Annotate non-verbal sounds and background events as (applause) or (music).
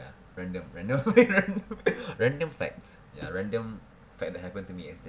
random random (laughs) random facts ya random fact that happened to me yesterday